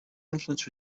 influenced